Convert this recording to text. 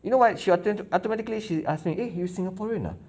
you know she auto~ automatically she ask me eh you singaporean ah